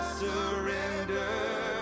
surrender